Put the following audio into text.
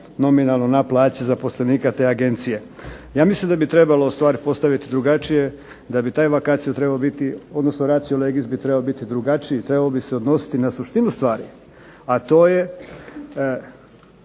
nominalno na plaće zaposlenika te agencije. Ja mislim da bi trebalo stvari postaviti drugačije, da bi taj racio legis bi trebao biti drugačiji, trebao bi se odnositi na suštinu stvari, a to je